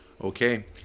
Okay